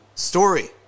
story